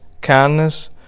kindness